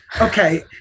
okay